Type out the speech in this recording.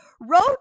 wrote